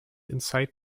inside